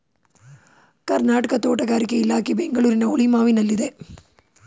ಕರ್ನಾಟಕ ತೋಟಗಾರಿಕೆ ಇಲಾಖೆ ಬೆಂಗಳೂರಿನ ಹುಳಿಮಾವಿನಲ್ಲಿದೆ